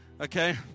okay